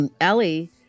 Ellie